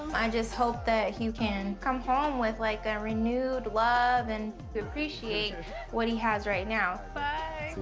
i just hope that hue can come home with, like, a renewed love and to appreciate what he has right now. bye.